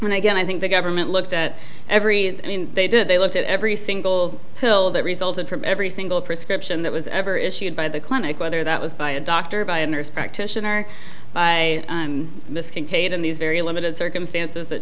guess i think the government looked at every i mean they did they looked at every single pill that resulted from every single prescription that was ever issued by the clinic whether that was by a doctor by a nurse practitioner miskin kate in these very limited circumstances that